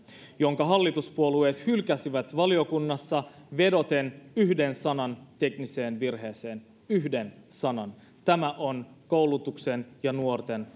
jonka hallituspuolueet hylkäsivät valiokunnassa vedoten yhden sanan tekniseen virheeseen yhden sanan tämä on koulutuksen ja nuorten